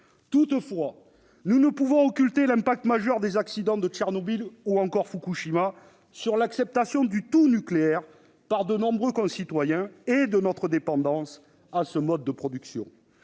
Toutefois, nous ne pouvons occulter l'impact majeur des accidents de Tchernobyl et Fukushima sur l'acceptation par nombre de nos concitoyens de notre dépendance à ce mode de production.